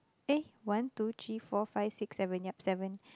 eh one two three four five six seven yup seven